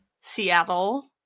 Seattle